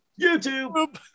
YouTube